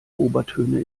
obertöne